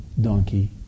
donkey